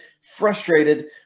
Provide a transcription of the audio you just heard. frustrated